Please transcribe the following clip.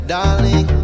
Darling